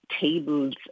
tables